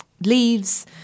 Leaves